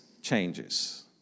changes